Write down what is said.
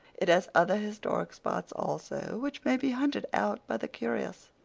it has other historic spots also, which may be hunted out by the curious,